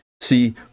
see